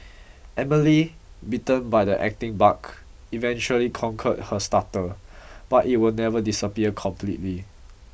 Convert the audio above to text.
Emily bitten by the acting bug eventually conquered her stutter but it will never disappear completely